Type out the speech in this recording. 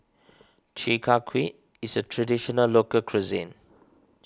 Chi Kak Kuih is a Traditional Local Cuisine